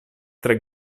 tre